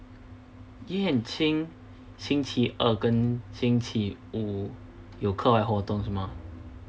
yan qing 星期二跟星期无有课外活动时吗